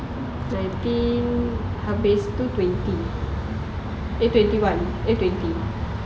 twenty habis itu twenty dia twenty one eh twenty